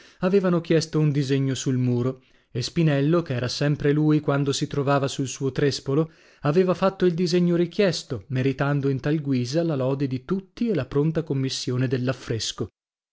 avevano chiesto un disegno sul muro e spinello che era sempre lui quando si trovava sul suo trèspolo aveva fatto il disegno richiesto meritando in tal guisa la lode di tutti e la pronta commissione dell'affresco